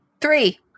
Three